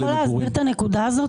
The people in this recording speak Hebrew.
אתה יכול להסביר את הנקודה הזאת?